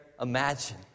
imagine